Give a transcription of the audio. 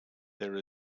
there